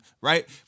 right